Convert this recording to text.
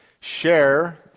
share